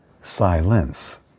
silence